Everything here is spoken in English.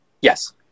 yes